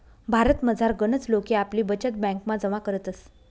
भारतमझार गनच लोके आपली बचत ब्यांकमा जमा करतस